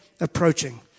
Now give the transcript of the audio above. approaching